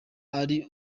ari